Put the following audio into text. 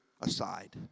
aside